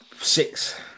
Six